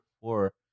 four